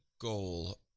goal